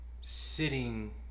Sitting